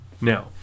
Now